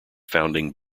founding